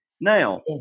Now